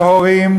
בהורים,